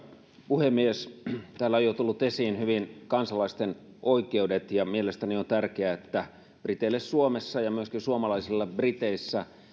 puhemies täällä ovat jo tulleet hyvin esiin kansalaisten oikeudet ja mielestäni on tärkeää että briteille suomessa ja myöskin suomalaisille briteissä